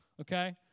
Okay